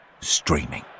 streaming